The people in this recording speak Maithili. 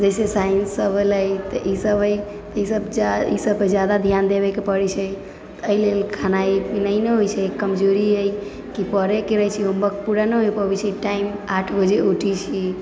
जइसे साइन्ससब हलै तऽ ईसब हइ तऽ ईसबपर जादा धिआन देबेके पड़ै छै एहिलेल खेनाइ पिनाइ नहि होइ छै कमजोरी हइ कि पढ़ैके रहै छै होमवर्क पूरा नहि हो पबै छै टाइम आठ बजे उठै छी